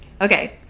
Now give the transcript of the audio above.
Okay